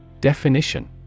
Definition